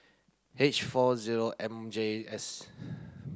H four zero M J S